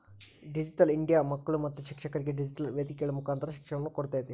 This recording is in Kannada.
ಡಿಜಿಟಲ್ ಇಂಡಿಯಾ ಮಕ್ಕಳು ಮತ್ತು ಶಿಕ್ಷಕರಿಗೆ ಡಿಜಿಟೆಲ್ ವೇದಿಕೆಗಳ ಮುಕಾಂತರ ಶಿಕ್ಷಣವನ್ನ ಕೊಡ್ತೇತಿ